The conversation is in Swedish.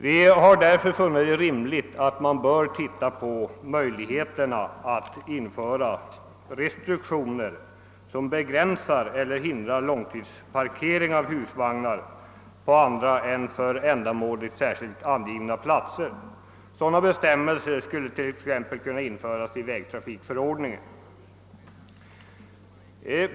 Därför har vi motionärer funnit det vara rimligt att man undersöker möjligheterna att införa restriktioner som begränsar eller hindrar långtidsparkering av husvagnar på andra platser än sådana som är särskilt upplåtna för det ändamålet. Bestämmelser härom skulle t.ex. kunna införas i vägtrafikförordningen.